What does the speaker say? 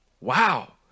Wow